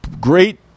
great